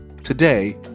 today